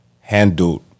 handled